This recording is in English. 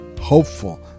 hopeful